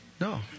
No